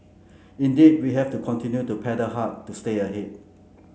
indeed we have to continue to paddle hard to stay ahead